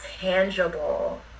tangible